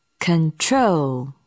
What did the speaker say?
control